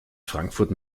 frankfurt